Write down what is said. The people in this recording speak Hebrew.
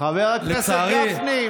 חבר הכנסת גפני,